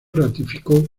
ratificó